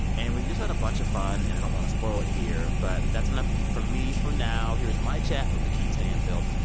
and we just had a bunch of fun. and i don't want to spoil it here, but that's enough for me for now. here's my chat with lakeith stanfield,